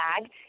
bag